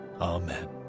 Amen